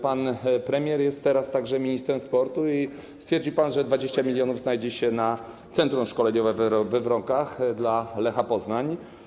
Pan premier jest teraz również ministrem sportu i stwierdził pan, że 20 mln znajdzie się na centrum szkoleniowe we Wronkach dla Lecha Poznań.